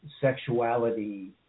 sexuality